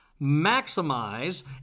Maximize